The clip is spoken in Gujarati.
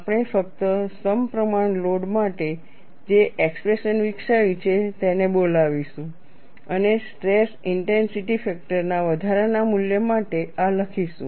આપણે ફક્ત સમપ્રમાણ લોડ માટે જે એક્સપ્રેશન વિકસાવી છે તેને બોલાવીશું અને સ્ટ્રેસ ઇન્ટેન્સિટી ફેક્ટરના વધારાના મૂલ્ય માટે આ લખીશું